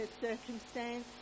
circumstance